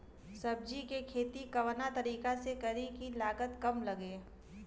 सब्जी के खेती कवना तरीका से करी की लागत काम लगे?